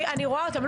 אני רואה אותן,